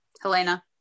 Helena